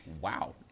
Wow